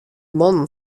mannen